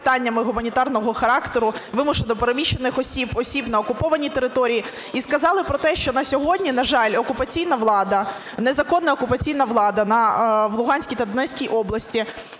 питаннями гуманітарного характеру вимушено переміщених осіб, осіб на окупованій території. І сказали про те, що на сьогодні, на жаль, окупаційна влада, незаконна окупаційна влада в Луганській та Донецькій області